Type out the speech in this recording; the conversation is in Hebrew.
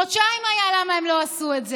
חודשיים היו, למה הם לא עשו את זה?